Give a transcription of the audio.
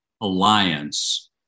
alliance